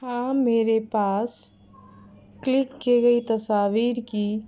ہاں میرے پاس کلک کیے گئی تصاویر کی